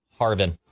Harvin